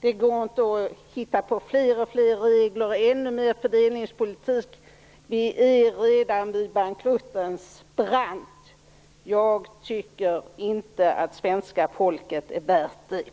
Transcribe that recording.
Det går inte att hitta på alltfler regler och ännu mer fördelningspolitik. Vi står redan inför bankruttens brant. Jag tycker inte att svenska folket är värt detta.